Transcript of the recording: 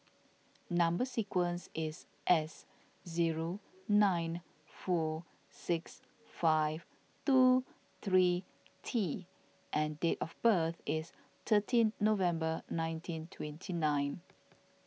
Number Sequence is S zero nine four six five two three T and date of birth is thirteen November nineteen twenty nine